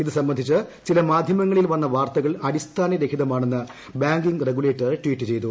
ഇത് സംബന്ധിച്ച് ചില മാധ്യമങ്ങളിൽ വന്ന വാർത്തകൾ അടിസ്ഥാന രഹിതമാണെന്ന് ബാങ്കിംഗ് റഗുലേറ്റർ ട്വീറ്റ് ചെയ്തു